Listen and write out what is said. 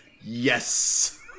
yes